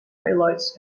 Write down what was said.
highlights